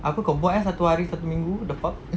apa kau buat eh satu hari satu minggu the fuck